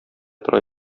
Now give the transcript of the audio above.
тора